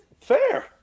Fair